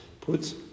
puts